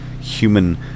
human